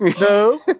no